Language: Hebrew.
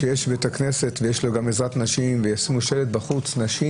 במציאות בבית כנסת שיש לה גם עזרת נשים וישימו שלט הכוונה בחוץ "נשים",